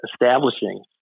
establishing